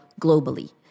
globally